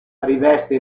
riveste